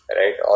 right